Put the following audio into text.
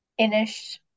Inish